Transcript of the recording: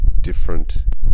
different